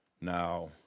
Now